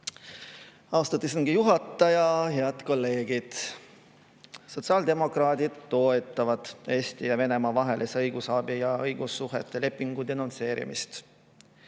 Austatud istungi juhataja! Head kolleegid! Sotsiaaldemokraadid toetavad Eesti ja Venemaa vahelise õigusabi ja õigussuhete lepingu denonsseerimist.